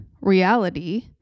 reality